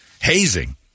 hazing